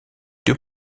deux